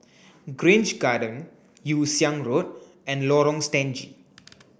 Grange Garden Yew Siang Road and Lorong Stangee